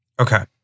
Okay